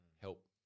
help